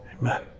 Amen